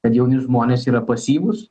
kad jauni žmonės yra pasyvūs